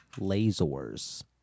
Lasers